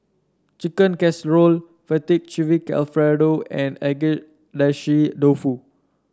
Chicken Casserole Fettuccine Alfredo and Agedashi Dofu